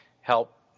help